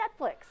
Netflix